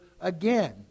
again